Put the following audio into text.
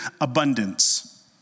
abundance